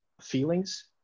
feelings